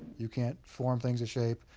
you can't form things to shape,